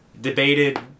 debated